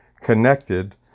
connected